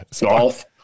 Golf